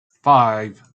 five